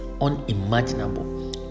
unimaginable